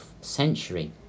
century